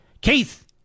Keith